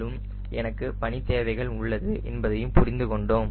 மேலும் எனக்கு பணி தேவைகள் உள்ளது என்பதையும் புரிந்து கொண்டோம்